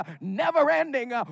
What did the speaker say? never-ending